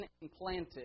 implanted